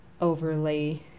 overlay